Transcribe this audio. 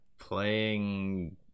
Playing